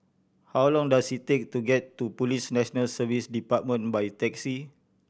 how long does it take to get to Police National Service Department by taxi